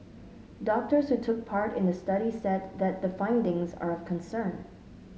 doctors who took part in the study said that the findings are of concern